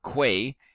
quay